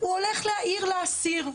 הוא הולך להעיר לאסיר,